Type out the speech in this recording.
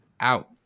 out